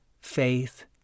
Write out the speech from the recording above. Faith